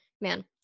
Man